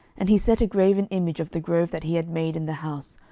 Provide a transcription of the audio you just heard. and he set a graven image of the grove that he had made in the house,